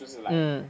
mm